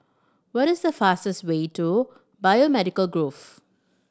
what is the fastest way to Biomedical Grove